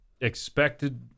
expected